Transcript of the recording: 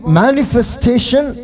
manifestation